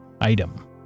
item